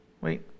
Wait